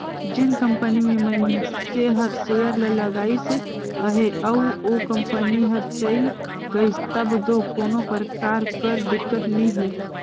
जेन कंपनी में मइनसे हर सेयर ल लगाइस अहे अउ ओ कंपनी हर चइल गइस तब दो कोनो परकार कर दिक्कत नी हे